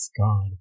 God